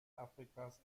afrikas